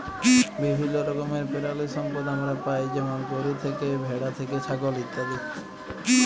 বিভিল্য রকমের পেরালিসম্পদ আমরা পাই যেমল গরু থ্যাকে, ভেড়া থ্যাকে, ছাগল ইত্যাদি